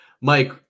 Mike